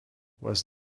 was